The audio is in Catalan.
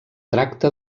tracta